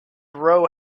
row